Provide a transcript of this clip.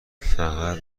فقط